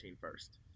first